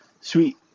sweet